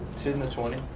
ten to twenty.